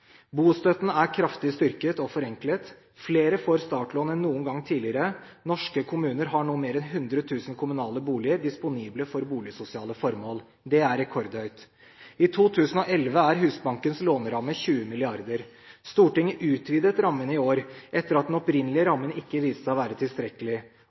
Bostøtten er kraftig styrket og forenklet. Flere får startlån enn noen gang tidligere. Norske kommuner har nå mer enn 100 000 kommunale boliger disponible for boligsosiale formål. Det er rekordhøyt. I 2011 er Husbankens låneramme 20 mrd. kr. Stortinget utvidet rammen i år, etter at den opprinnelige